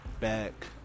back